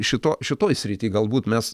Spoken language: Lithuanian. šito šitoj srityj galbūt mes